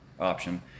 option